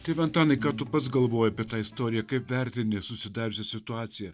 tėve antanai ką tu pats galvoji apie tą istoriją kaip vertini susidariusią situaciją